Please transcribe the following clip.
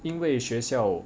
因为学校